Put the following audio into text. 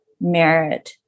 merit